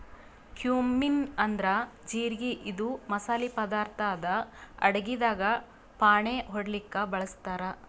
cumin ಅಂದ್ರ ಜಿರಗಿ ಇದು ಮಸಾಲಿ ಪದಾರ್ಥ್ ಅದಾ ಅಡಗಿದಾಗ್ ಫಾಣೆ ಹೊಡ್ಲಿಕ್ ಬಳಸ್ತಾರ್